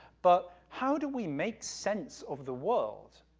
but how do we make sense of the world,